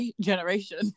generation